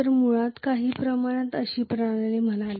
तर आपण मुळात काही प्रमाणात अशी प्रणाली मानली